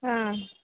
हा